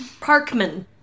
Parkman